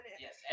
yes